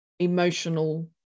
emotional